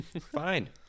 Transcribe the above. fine